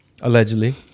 allegedly